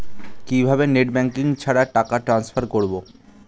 কিভাবে net banking ছাড়া টাকা টান্সফার করব?